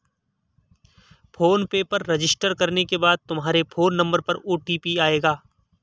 phone पे पर register करने के बाद तुम्हारे फोन नंबर पर ओ.टी.पी आएगा